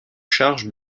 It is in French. charge